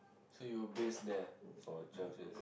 so you bathe there for drive there's